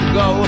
go